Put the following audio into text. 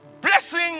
Blessing